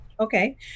Okay